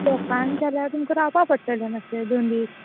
स्टोकान जाल्यार तुमकां रावचें पडटलें दोन दीस